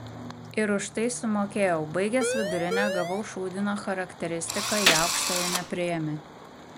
ir už tai sumokėjau baigęs vidurinę gavau šūdiną charakteristiką į aukštąją nepriėmė